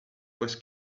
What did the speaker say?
was